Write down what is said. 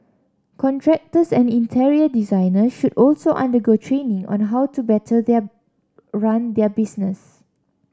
contractors and interior designer should also undergo training on how to better their run their business